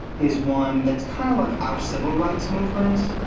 is one that's kind of like our civil rights movement.